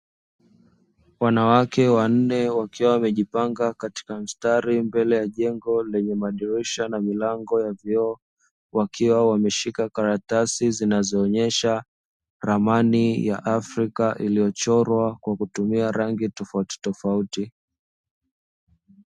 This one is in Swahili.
Wanawake wa nne wakiwa wamejipanga katika mstari mbele ya jengo lenye madirisha na milango ya vioo, wakiwa wameshika karatasi zinazoonyesha ramani ya Afrika iliyochorwa kwa kutumia rangi tofautitofauti.